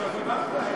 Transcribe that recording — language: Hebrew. גפני, כבר דיברת.